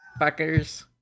Fuckers